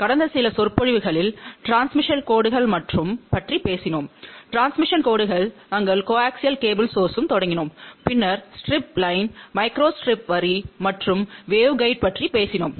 கடந்த சில சொற்பொழிவுகளில் டிரான்ஸ்மிஷன் கோடுகள் மற்றும் பற்றி பேசினோம் டிரான்ஸ்மிஷன் கோடுகள் நாங்கள் கோஆக்சியல் கேபிள் சோர்ஸ்ம் தொடங்கினோம் பின்னர் ஸ்ட்ரிப் லைன் மைக்ரோஸ்ட்ரிப் வரி மற்றும் வேவ் கைடு பற்றி பேசினோம்